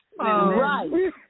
Right